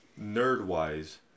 Nerd-wise